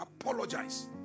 apologize